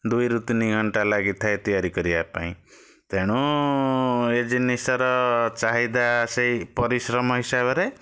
ଦୁଇରୁ ତିନି ଘଣ୍ଟା ଲାଗିଥାଏ ତିଆରି କରିବା ପାଇଁ ତେଣୁ ଏ ଜିନିଷର ଚାହିଦା ସେଇ ପରିଶ୍ରମ ହିସାବରେ